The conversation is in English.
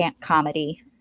comedy